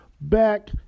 back